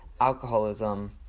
alcoholism